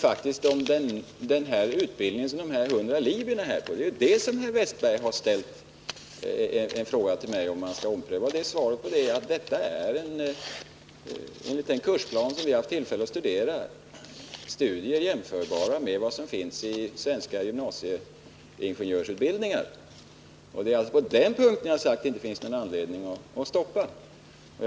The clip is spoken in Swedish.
Frågan gäller ändå utbildningen av de 100 libyerna här i landet. Det är ju om det som herr Wästberg har ställt frågan om omprövning. Av den kursplan som vi har haft tillfälle att studera framgår det att studierna är jämförbara med dem som bedrivs vid svensk gymnasieingenjörsutbildning. Det är alltså på den punkten som jag har sagt att det inte finns någon anledning att stoppa det hela.